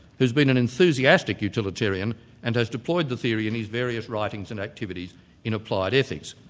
who's been an enthusiastic utilitarian and has deployed the theory in his various writings and activities in applied ethics.